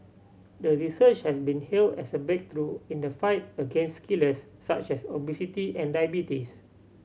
the research has been hailed as a breakthrough in the fight against killers such as obesity and diabetes